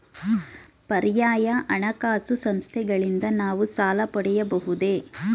ಪರ್ಯಾಯ ಹಣಕಾಸು ಸಂಸ್ಥೆಗಳಿಂದ ನಾವು ಸಾಲ ಪಡೆಯಬಹುದೇ?